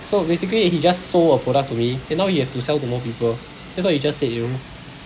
so basically he just sold a product to me then now he have to sell to more people that's what you just said you know